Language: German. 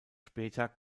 später